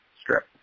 strip